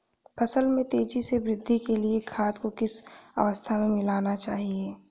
फसल में तेज़ी से वृद्धि के लिए खाद को किस अवस्था में मिलाना चाहिए?